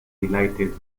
delighted